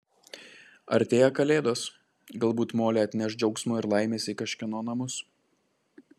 artėja kalėdos galbūt molė atneš džiaugsmo ir laimės į kažkieno namus